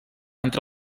entre